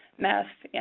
meth, yeah